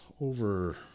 over